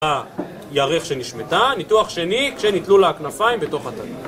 ירך שנשמטה, ניתוח שני כשניתלו לה כנפיים בתוך התא